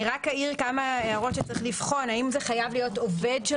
אני רק אעיר כמה הערות שצריך לבחון האם זה חייב להיות עובד של